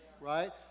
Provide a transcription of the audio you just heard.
Right